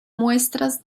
muestras